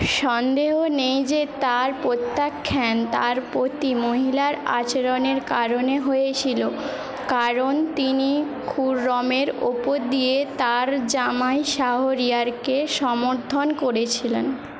সন্দেহ নেই যে তার প্রত্যাখ্যান তার প্রতি মহিলার আচরণের কারণে হয়েছিল কারণ তিনি খুরমের ওপর দিয়ে তার জামাই শাহরিয়ারকে সমর্থন করেছিলেন